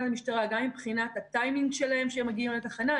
המשטרה אבל עדיין בחינת הטיימינג שלהם כשהם מגיעים לתחנה,